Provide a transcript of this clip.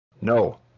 no